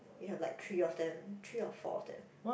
we have like three of them three or four of them